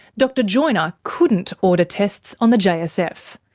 dr joiner couldn't order tests on the jsf.